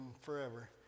forever